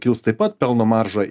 kils taip pat pelno marža